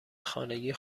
خانگی